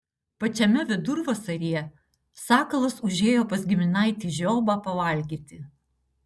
pačiame vidurvasaryje sakalas užėjo pas giminaitį žiobą pavalgyti